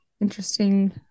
interesting